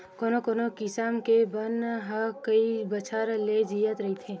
कोनो कोनो किसम के बन ह कइ बछर ले जियत रहिथे